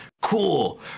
Cool